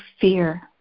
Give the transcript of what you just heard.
fear